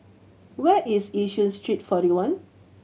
where is Yishun Street Forty One